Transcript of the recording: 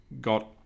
got